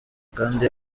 kandi